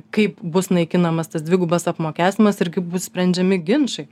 kaip bus naikinamas tas dvigubas apmokestinimas ir kaip bus sprendžiami ginčai